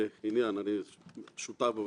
קודם כול אמרתי לו, בלי לחשוב: יש לך,